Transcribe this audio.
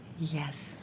yes